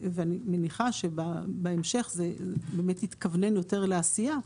ואני מניחה שבהמשך זה באמת יתכוונן יותר לעשייה.